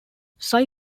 sci